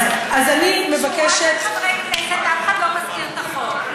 שורה של חברי כנסת, אף אחד לא מזכיר את החוק.